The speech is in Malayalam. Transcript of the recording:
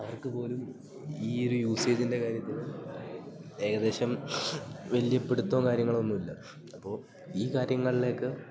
അവർക്കുപോലും ഈ ഒരു യൂസേജിൻ്റെ കാര്യത്തിൽ ഏകദേശം വലിയ പിടുത്തവും കാര്യങ്ങളൊന്നുമില്ല അപ്പോൾ ഈ കാര്യങ്ങളിലേക്ക്